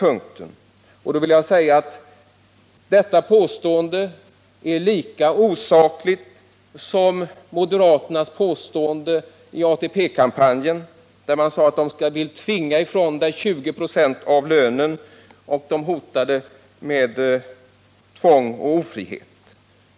Staffan Burenstam Linders påstående är lika osakligt som moderaternas påståenden i ATP-kampanjen. Då sade moderaterna att vi ville tvinga ifrån människorna 2096 av lönen och hotade med tvång och ofrihet.